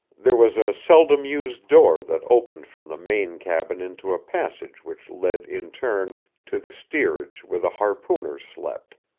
there was a seldom used door that opened from the main cabin into a passage which led in turn to the steerage where the harpooners slept.